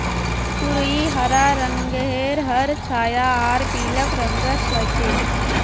तुरई हरा रंगेर हर छाया आर पीलक रंगत ह छेक